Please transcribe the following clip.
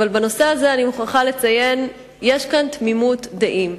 אבל בנושא הזה אני מוכרחה לציין שיש כאן תמימות דעים.